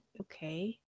Okay